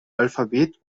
alphabet